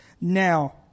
now